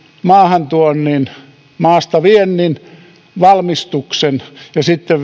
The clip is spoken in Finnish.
maahantuonnin maastaviennin valmistuksen ja sitten